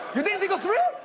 you didn't think of three.